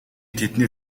тэдний